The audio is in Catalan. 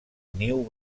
niu